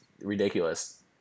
ridiculous